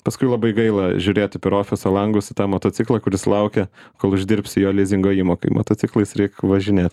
paskui labai gaila žiūrėti per ofiso langus į tą motociklą kuris laukia kol uždirbsi jo lizingo įmokai motociklais reik važinėt